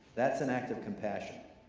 that's an act of compassion.